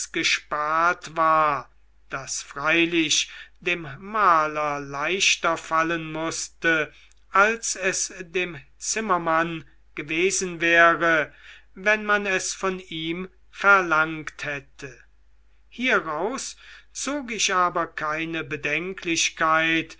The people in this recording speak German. gespart war das freilich dem maler leichter fallen mußte als es dem zimmermann gewesen wäre wenn man es von ihm verlangt hätte hieraus zog ich aber keine bedenklichkeit